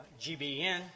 GBN